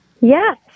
Yes